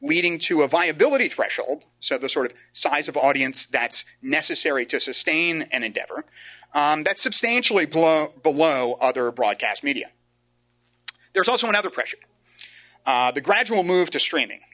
leading to a viability threshold so the sort of size of audience that's necessary to sustain an endeavor that substantially blow below other broadcast media there's also another pressure the gradual move to streaming